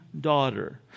daughter